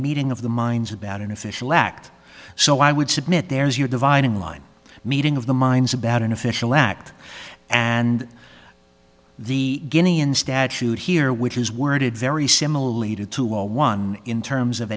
meeting of the minds about an official act so i would submit there's your dividing line meeting of the minds about an official act and the guinea in statute here which is worded very similarly to to all one in terms of